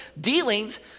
dealings